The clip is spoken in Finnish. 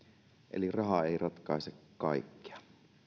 eli raha ei ratkaise kaikkea